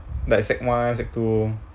like sec one sec two